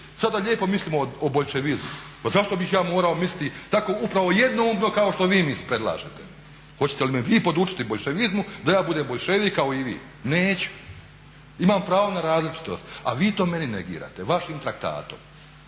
Sada lijepo mislimo o boljševizmu? Pa zašto bih ja morao misliti tako upravo jednoumno kao što vi mi predlažete? Hoćete li me vi podučiti boljševizmu da ja budem boljševik kao i vi? Neću! Imam pravo na različitost, a vi to meni negirate vašim traktatom.